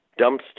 dumpster